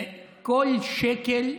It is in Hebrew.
כל שקל,